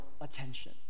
attention